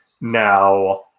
Now